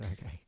okay